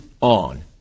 on